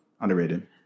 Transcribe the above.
underrated